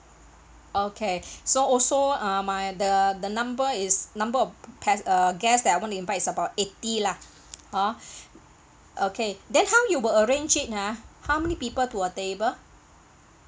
okay so also ah my the the number is number of pe~ uh guest that I want to invites about eighty lah hor okay then how you will arrange it ha how many people to a table